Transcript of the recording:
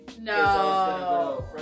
No